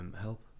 help